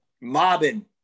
mobbing